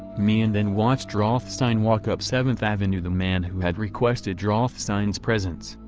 meehan then watched rothstein walk up seventh avenue the man who had requested rothstein's presence,